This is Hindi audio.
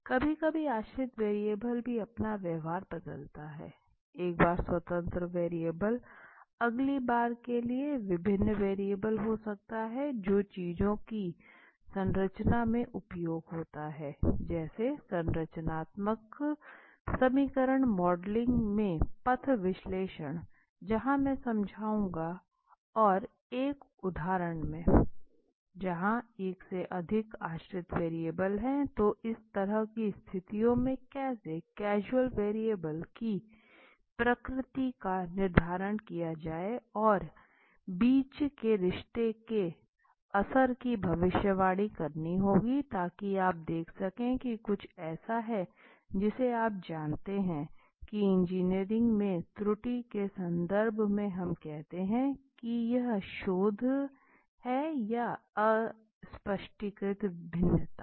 कभी कभी आश्रित वेरिएबल भी अपना व्यवहार बदलता है एक बार स्वतंत्र वेरिएबल अगली बार के लिए विभिन्न वेरिएबल हो सकता है जो चीजों की संरचना में उपयोग होते है जैसे संरचनात्मक समीकरण मॉडलिंग में पथ विश्लेषण जहाँ मैं समझाऊंगा और एक उदाहरण में जहां एक से अधिक आश्रित वेरिएबल है तो इस तरह की स्थितियों में कैसे कैजुअल वेरिएबल की प्रकृति का निर्धारण किया जाए और बीच के रिश्ते के असर की भविष्यवाणी करनी होगी ताकि आप देख सकें कि कुछ ऐसा है जिसे आप जानते हैं कि इंजीनियरिंग में त्रुटि के संदर्भ में हम कहते हैं कि यह शोर है या अस्पष्टीकृत भिन्नता है